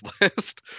list